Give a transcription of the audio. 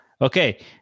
Okay